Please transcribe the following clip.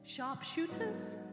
Sharpshooters